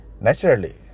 naturally